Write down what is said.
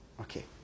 Okay